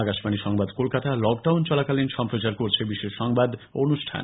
আকাশবাণী সংবাদ কলকাতা লকডাউন চলাকালীন সম্প্রচার করছে বিশেষ সংবাদ এবং অনুষ্ঠান